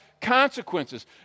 consequences